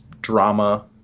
drama